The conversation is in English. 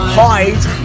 hide